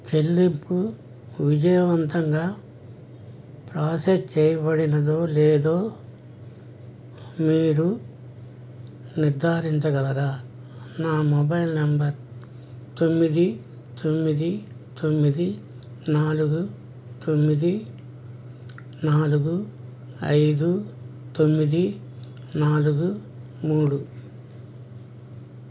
చెల్లింపు విజయవంతంగా ప్రాసెస్ చేయబడినదో లేదో మీరు నిర్ధారించగలరా నా మొబైల్ నంబర్ తొమ్మిది తొమ్మిది తొమ్మిది నాలుగు తొమ్మిది నాలుగు ఐదు తొమ్మిది నాలుగు మూడు